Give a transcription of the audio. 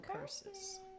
curses